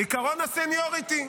עקרון הסניוריטי.